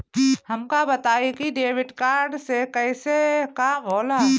हमका बताई कि डेबिट कार्ड से कईसे काम होला?